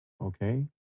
Okay